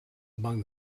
among